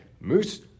Moose